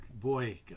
boy